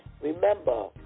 remember